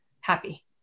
happy